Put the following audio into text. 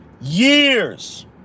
years